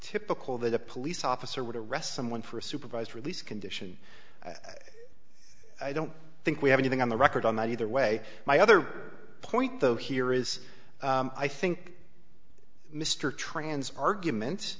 typical that a police officer would arrest someone for a supervised release condition i don't think we have anything on the record on that either way my other point though here is i think mr tran's argument